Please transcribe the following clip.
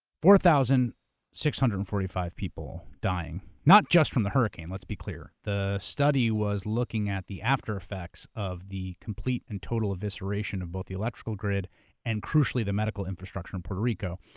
four thousand six hundred and forty five people dying, not just from the hurricane, let's be clear. the study was looking at the after effects of the complete and total evisceration of both the electrical grid and, crucially, the medical infrastructure in and puerto rico.